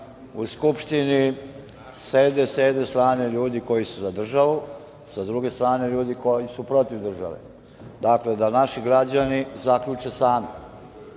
u Skupštini sede s jedne strane ljudi koji su za državu, sa druge strane ljudi koji su protiv države. Dakle, da naši građani zaključe sami